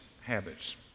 habits